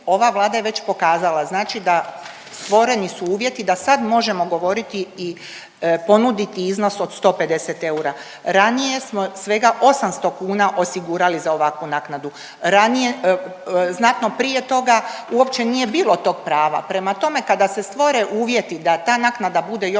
ova Vlada je već pokazala. Znači da stvoreni su uvjeti da sad možemo govoriti i ponuditi iznos od 150 eura. Ranije smo svega 800 kn osigurali za ovakvu naknadu. Ranije, znatno prije toga uopće nije bilo tog prava. Prema tome kada se stvore uvjeti da ta naknada bude još viša,